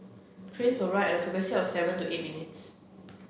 trains will run at a frequency of seven to eight minutes